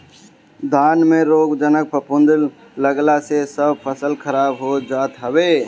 धान में रोगजनक फफूंद लागला से सब फसल खराब हो जात हवे